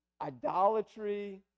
idolatry